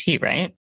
right